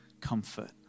comfort